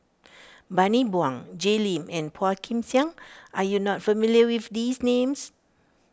Bani Buang Jay Lim and Phua Kin Siang are you not familiar with these names